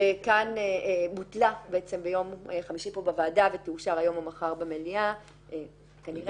וכאן בוטלה בעצם ביום חמישי פה בוועדה ותאושר היום או מחר במליאה כנראה.